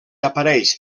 apareix